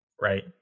Right